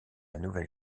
nouvelle